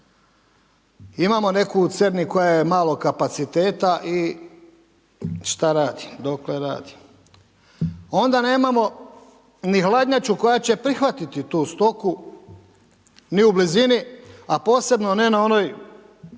Imamo neku u Cerni koja je malog kapaciteta i šta radi? Dokle radi? Onda nemamo ni hladnjaču koja će prihvatiti tu stoku, ni u blizini, a posebno ne na onoj